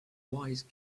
wise